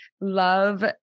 love